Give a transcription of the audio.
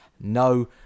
no